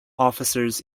officers